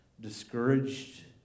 discouraged